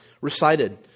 recited